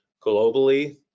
globally